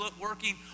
working